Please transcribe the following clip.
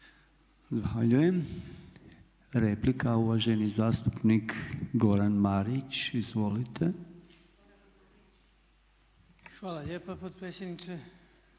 Zahvaljujem. Repliku ima uvaženi zastupnik Goran Marić. Izvolite. **Marić, Goran